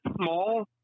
small